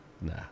Nah